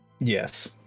Yes